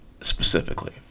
specifically